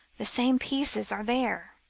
the same pieces are there.